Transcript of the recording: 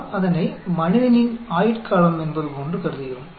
நாம் அதனை மனிதனின் ஆயுட்காலம் என்பது போன்று கருதுகிறோம்